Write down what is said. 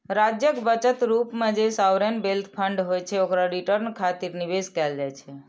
राज्यक बचत रूप मे जे सॉवरेन वेल्थ फंड होइ छै, ओकरा रिटर्न खातिर निवेश कैल जाइ छै